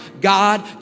God